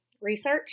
research